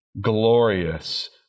glorious